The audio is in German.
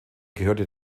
gehörte